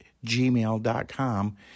gmail.com